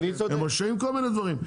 הם רשאים כל מיני דברים.